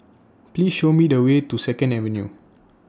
Please Show Me The Way to Second Avenue